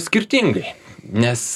skirtingai nes